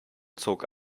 zog